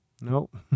Nope